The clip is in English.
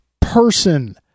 person